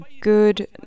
good